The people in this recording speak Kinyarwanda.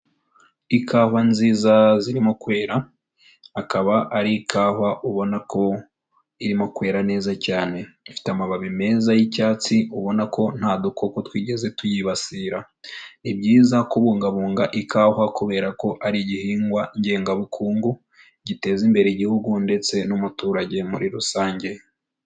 Ikawa nziza zirimo kwera, akaba ari ikawa ubona ko irimo kwera neza cyane, ifite amababi meza y'icyatsi ubona ko nta dukoko twigeze tuyibasira, ni ibyiza kubungabunga ikawa kubera ko ari igihingwa ngengabukungu giteza imbere igihugu ndetse n'umuturage muri rusange.